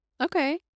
Okay